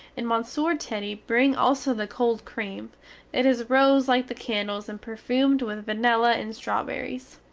and monsieur teddy bring also the cold cream it is rose like the candles and perfumed with vanilla and strawberries.